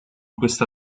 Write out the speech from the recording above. questa